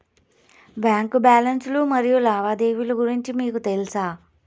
Bank balance లు మరియు లావాదేవీలు గురించి మీకు తెల్సా?